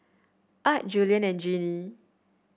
Art Julien and Joanie